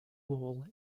wall